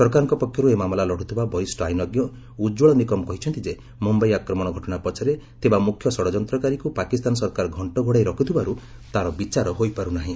ସରକାରଙ୍କ ପକ୍ଷରୁ ଏହି ମାମଲା ଲଢ଼ୁଥିବା ବରିଷ୍ଣ ଆଇନଜ୍ଞ ଉଜ୍ଜଳ ନିକମ୍ କହିଛନ୍ତି ଯେ ମ୍ରମ୍ଘାଇ ଆକ୍ମଣ ଘଟଣା ପଛରେ ଥିବା ମୁଖ୍ୟ ଷଡ଼ଯନ୍ତ୍ରକାରୀକୁ ପାକିସ୍ତାନ ସରକାର ଘଙ୍କ ଘୋଡ଼ାଇ ରଖୁଥିବାରୁ ତା'ର ବିଚାର ହୋଇପାରୁ ନାହିଁ